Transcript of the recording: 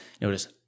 notice